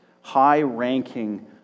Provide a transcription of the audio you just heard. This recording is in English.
high-ranking